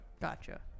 Gotcha